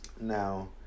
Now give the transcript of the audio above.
now